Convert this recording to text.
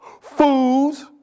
fools